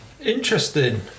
Interesting